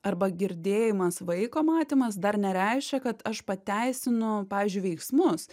arba girdėjimas vaiko matymas dar nereiškia kad aš pateisinu pavyzdžiui veiksmus